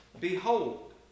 behold